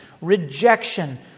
rejection